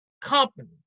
company